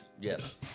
Yes